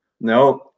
No